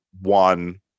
one